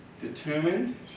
determined